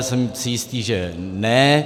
Jsem si jistý, že ne.